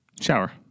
Shower